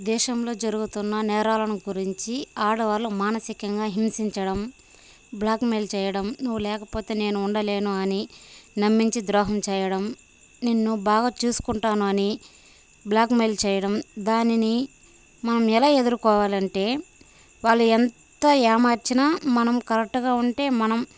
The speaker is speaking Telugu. దేశంలో జరుగుతున్న నేరాలను గురించి ఆడవాళ్ళు మానసికంగా హింసించడం బ్లాక్మెయిల్ చేయడం నువ్వు లేకపోతే నేను ఉండలేను అని నమ్మించి ద్రోహం చేయడం నిన్ను బాగా చూసుకుంటాను అని బ్లాక్మెయిల్ చేయడం దానిని మనం ఎలా ఎదుర్కోవాలంటే వాళ్ళు ఎంత ఏమార్చిన మనం కరెక్ట్గా ఉంటే మనం